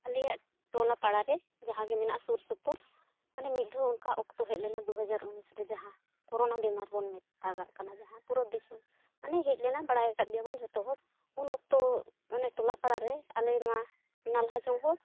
ᱟᱞᱮᱭᱟᱜ ᱴᱚᱞᱟ ᱯᱟᱲᱟᱨᱮ ᱡᱟᱦᱟᱸ ᱜᱮ ᱢᱮᱱᱟᱜᱼᱟ ᱥᱩᱨ ᱥᱩᱯᱩᱨ ᱢᱟᱱᱮ ᱢᱤᱫ ᱫᱷᱟᱣ ᱚᱱᱠᱟ ᱚᱠᱛᱚ ᱦᱮᱡ ᱞᱮᱱᱟ ᱫᱩ ᱦᱟᱡᱟᱨ ᱩᱱᱤᱥ ᱨᱮ ᱡᱟᱦᱟᱸ ᱠᱳᱨᱳᱱᱟ ᱵᱮᱢᱟᱨ ᱵᱚᱱ ᱢᱮᱛᱟᱜᱟᱜ ᱠᱟᱱᱟ ᱡᱟᱦᱟᱸ ᱯᱩᱨᱟᱹ ᱫᱤᱥᱚᱢ ᱢᱟᱱᱮ ᱦᱮᱡ ᱞᱮᱱᱟ ᱵᱟᱰᱟᱭ ᱟᱠᱟᱫ ᱜᱮᱭᱟᱵᱚᱱ ᱡᱷᱚᱛᱚ ᱦᱚᱲ ᱩᱱ ᱚᱠᱛᱚ ᱢᱟᱱᱮ ᱴᱚᱞᱟ ᱯᱟᱲᱟᱨᱮ ᱟᱞᱮ ᱢᱟ ᱱᱟᱞᱦᱟ ᱡᱚᱝ ᱦᱚᱲ